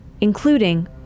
including